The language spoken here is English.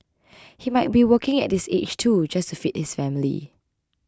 he might be working at this age too just to feed his family